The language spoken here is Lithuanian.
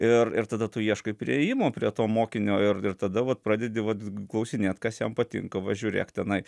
ir ir tada tu ieškai priėjimo prie to mokinio ir ir tada vat pradedi vat klausinėt kas jam patinka va žiūrėk tenai